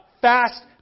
fast